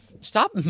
Stop